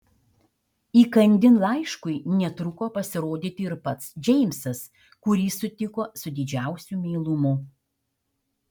įkandin laiškui netruko pasirodyti ir pats džeimsas kurį sutiko su didžiausiu meilumu